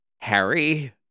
Harry